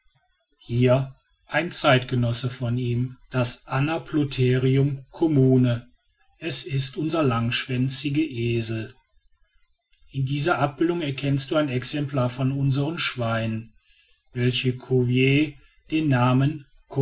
hier ein zeitgenosse von ihm das anaplotherium commune es ist unser langschwänziger esel in dieser abbildung erkennst du ein exemplar von unsern schweinen welchen cuvier den namen